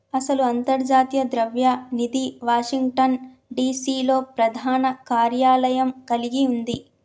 అసలు అంతర్జాతీయ ద్రవ్య నిధి వాషింగ్టన్ డిసి లో ప్రధాన కార్యాలయం కలిగి ఉంది